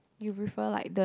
you prefer like the